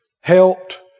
helped